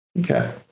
Okay